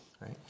right